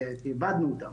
איבדנו אותם,